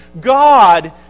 God